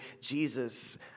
Jesus